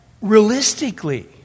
Realistically